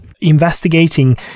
Investigating